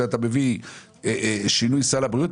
כשאתה מביא שינוי סל הבריאות,